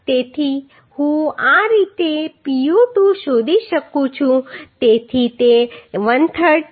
તેથી હું આ રીતે Pu2 શોધી શકું છું